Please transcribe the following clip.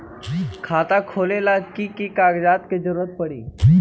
खाता खोले ला कि कि कागजात के जरूरत परी?